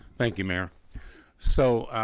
thank you mayor so